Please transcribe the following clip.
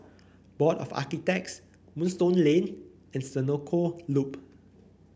Board of Architects Moonstone Lane and Senoko Loop